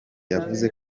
yavuze